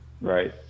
Right